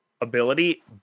ability